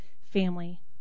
family